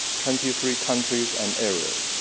twenty three countries and areas.